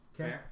Okay